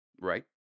Right